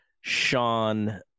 Sean